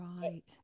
Right